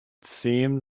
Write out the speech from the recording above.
seemed